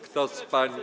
Kto z pań.